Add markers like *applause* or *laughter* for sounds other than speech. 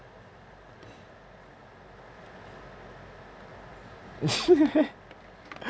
*laughs*